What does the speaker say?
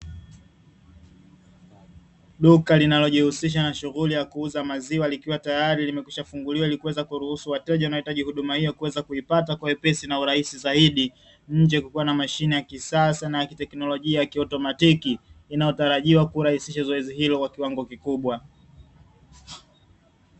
Duka linalojihusisha na shughuli ya kuuza maziwa likiwa tayari limekwisha funguliwa ili kuweza kuruhusu wateja wanaohitaji huduma hiyo kuweza kuipata kwa wepesi na urahusi zaidi, nje kukiwa na mashine ya kisasa na ya kiteknolojia ya kiautomatiki inayotarajiwa kurahisisha zoezi hilo kwa kiwango kikubwa.